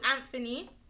Anthony